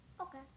okay